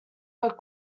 were